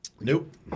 Nope